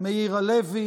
מאיר הלוי,